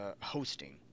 hosting